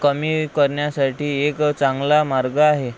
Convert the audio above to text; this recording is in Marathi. कमी करण्यासाठी एक चांगला मार्ग आहे